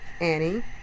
Annie